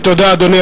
תודה, אדוני.